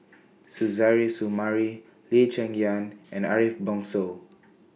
Suzairhe Sumari Lee Cheng Yan and Ariff Bongso